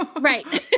Right